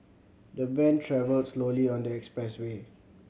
the van travelled slowly on the expressway